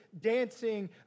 dancing